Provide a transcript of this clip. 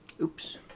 oops